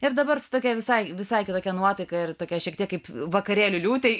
ir dabar su tokia visai visai kitokia nuotaika ir tokia šiek tiek kaip vakarėlių liūtei